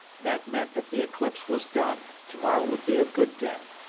that meant that the eclipse was done, tomorrow would be a good day.